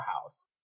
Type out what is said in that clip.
house